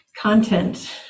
content